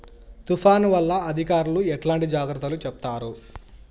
తుఫాను వల్ల అధికారులు ఎట్లాంటి జాగ్రత్తలు చెప్తారు?